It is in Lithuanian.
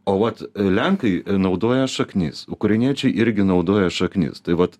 o vat lenkai naudoja šaknis ukrainiečiai irgi naudoja šaknis tai vat